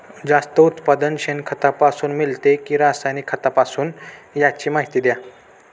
जास्त उत्पादन शेणखतापासून मिळते कि रासायनिक खतापासून? त्याची माहिती द्या